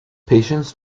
patients